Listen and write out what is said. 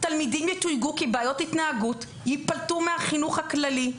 ילדים יתויגו כבעיות התנהגות ויפלטו מהחינוך הכללי.